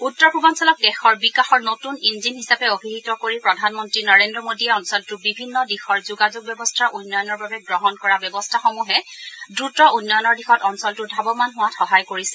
উত্তৰ পূৰ্বাঞ্চলক দেশৰ বিকাশৰ নতুন ইঞ্জিন হিচাপে অভিহিত কৰি প্ৰধানমন্ত্ৰী নৰেন্দ্ৰ মোদীয়ে অঞ্চলটোৰ বিভিন্ন দিশৰ যোগাযোগ ব্যৱস্থাৰ উন্নয়নৰ বাবে গ্ৰহণ কৰা ব্যৱস্থাসমূহে দ্ৰত উন্নয়নৰ দিশত অঞ্চলটো ধাৱমান হোৱাত সহায় কৰিছে